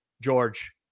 George